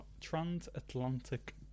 transatlantic